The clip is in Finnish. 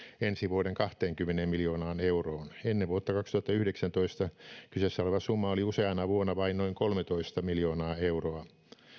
ensi vuoden kahteenkymmeneen miljoonaan euroon ennen vuotta kaksituhattayhdeksäntoista kyseessä oleva summa oli useana vuonna vain noin kolmetoista miljoonaa euroa